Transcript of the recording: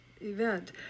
event